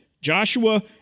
Joshua